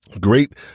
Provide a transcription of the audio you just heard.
Great